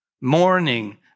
mourning